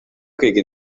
kwiga